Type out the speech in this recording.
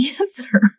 answer